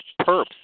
perps